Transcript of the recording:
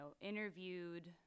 interviewed